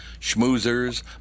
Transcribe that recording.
Schmoozers